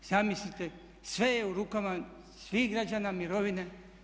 Zamislite sve je u rukama svih građana mirovine.